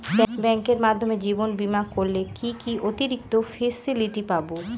ব্যাংকের মাধ্যমে জীবন বীমা করলে কি কি অতিরিক্ত ফেসিলিটি পাব?